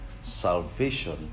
Salvation